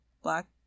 black